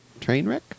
Trainwreck